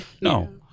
No